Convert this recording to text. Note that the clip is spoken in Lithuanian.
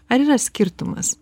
ar yra skirtumas